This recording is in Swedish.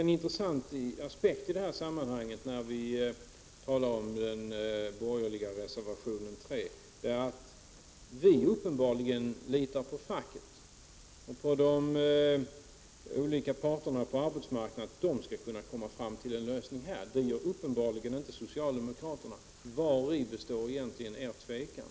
En intressant aspekt i det här sammanhanget, när vi talar om den borgerliga reservationen 3, är att vi litar på att facket och de olika parterna på arbetsmarknaden skall kunna komma fram till en lösning. Det gör uppenbarligen inte socialdemokraterna. Vari består egentligen er tvekan?